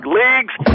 leagues